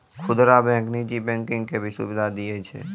खुदरा बैंक नीजी बैंकिंग के भी सुविधा दियै छै